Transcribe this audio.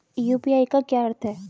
UPI का क्या अर्थ है?